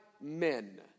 men